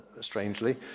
strangely